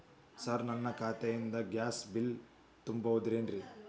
Sir ನನ್ನ ಖಾತೆಯಿಂದ gas bill ತುಂಬಹುದೇನ್ರಿ?